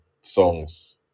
songs